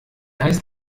heißt